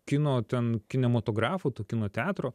kino ten kinematografo to kino teatro